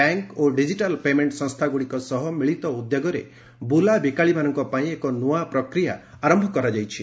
bank ଓ digital payment ସଂସ୍ଥାଗୁଡ଼ିକ ସହ ମିଳିତ ଉଦ୍ୟୋଗରେ ବୁଲାବିକାଳିମାନଙ୍କ ପାଇଁ ଏକ ନୂଆ ପ୍ରକ୍ରିୟା ଆରମ୍ଭ କରାଯାଇଛି